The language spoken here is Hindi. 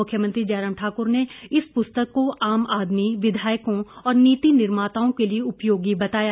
मुख्यमंत्री जयराम ठाक्र ने इस पुस्तक को आम आदमी विधायकों और नीति निर्माताओं के लिये उपयोगी बताया